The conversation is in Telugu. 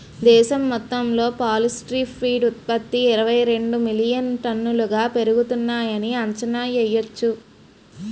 దేశం మొత్తంలో పౌల్ట్రీ ఫీడ్ ఉత్త్పతి ఇరవైరెండు మిలియన్ టన్నులుగా పెరుగుతున్నాయని అంచనా యెయ్యొచ్చు